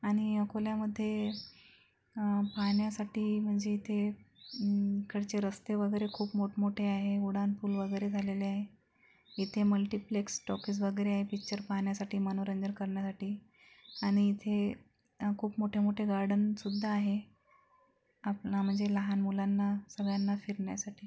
आणि अकोल्यामध्ये पाहण्यासाठी म्हणजे इथे इकडचे रस्ते वगैरे खूप मोठमोठे आहे उड्डाण पूल वगैरे झालेले आहे इथे मल्टिप्लेक्स टॉकीज वगैरे आहे पिक्चर पाहण्यासाठी मनोरंजन करण्यासाठी आणि इथे खूप मोठे मोठे गार्डनसुद्धा आहे म्हणजे लहान मुलांना सगळ्यांना फिरण्यासाठी